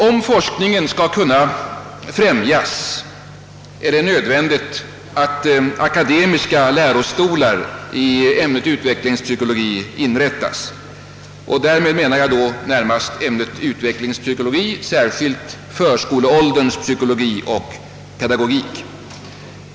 Om forskningen skall kunna främjas, är det nödvändigt att akademiska lärostolar i ämnet utvecklingspsykologi inrättas. Därmed menar jag då närmast ämnet utvecklingspsykologi. Särskilt förskolålderns psykologi och pedagogik.